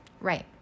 Right